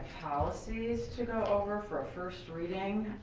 policies to go over for a first reading,